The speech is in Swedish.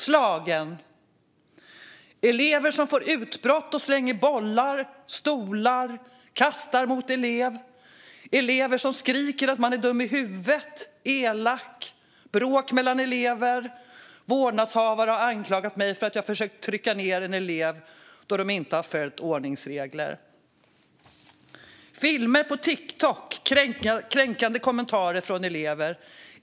Slagen." "Elever som får utbrott och slänger bollar, stolar. Kastar mot elev . Elever som skriker att man är dum i huvudet/elak m.m. Bråk mellan elever. Vårdnadshavare har anklagat mig för att jag försökt trycka ner elev då elev har följt ordningsregler." "Filmer på TikTok, kränkande kommentarer från elever."